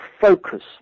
focus